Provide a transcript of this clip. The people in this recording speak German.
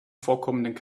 vorkommenden